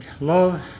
love